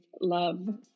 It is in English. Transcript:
love